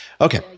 Okay